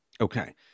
Okay